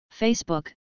Facebook